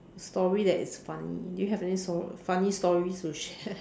a story that is funny do you have any fun funny story to share